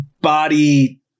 body